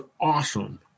awesome